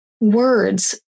words